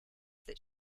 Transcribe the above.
that